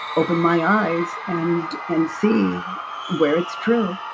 open my eyes and and see where it's true.